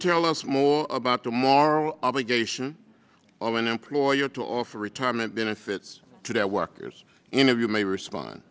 tell us more about tomorrow obligation of an employer to offer retirement benefits to their workers interview may respond